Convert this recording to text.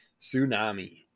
tsunami